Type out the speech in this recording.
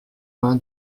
vain